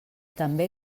també